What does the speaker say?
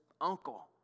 uncle